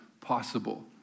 possible